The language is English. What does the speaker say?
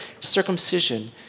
circumcision